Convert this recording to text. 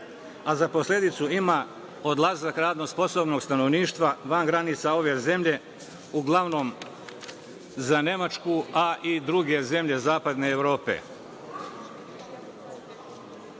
a za posledicu ima odlazak radno sposobnog stanovništva van granica ove zemlje uglavnom za Nemačku, a i u druge zemlje zapadne Evrope.